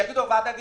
שהוועדה תגיד: